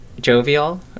jovial